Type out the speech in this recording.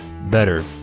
better